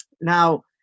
Now